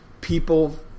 People